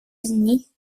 unis